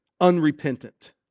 unrepentant